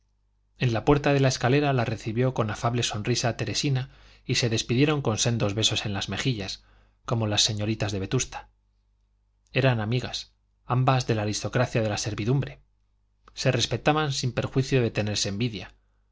en la puerta de la escalera la recibió con afable sonrisa teresina y se despidieron con sendos besos en las mejillas como las señoritas de vetusta eran amigas ambas de la aristocracia de la servidumbre se respetaban sin perjuicio de tenerse envidia